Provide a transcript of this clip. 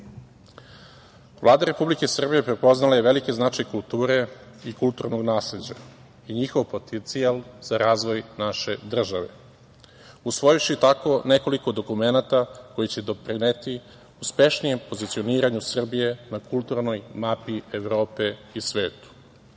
Vlada Republike Srbije prepoznala je veliki značaj kulture i kulturnog nasleđa i njihov potencijal za razvoj naše države, usvojivši tako nekoliko dokumenata koji će doprineti uspešnijem pozicioniranju Srbije na kulturnoj mapi Evrope i sveta. Vlada